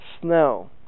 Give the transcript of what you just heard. snow